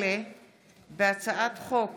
הצעת חוק